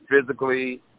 physically